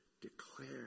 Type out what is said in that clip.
declare